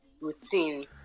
routines